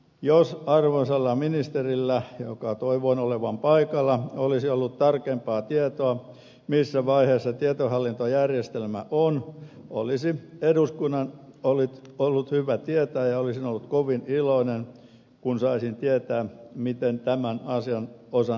jos arvoisalla ministerillä jonka toivoin olevan paikalla olisi ollut tarkempaa tietoa missä vaiheessa tietohallintojärjestelmä on olisi eduskunnan ollut hyvä tietää ja olisin ollut kovin iloinen kun saisin tietää miten tämän asian osan laita on